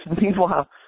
Meanwhile